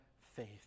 Faith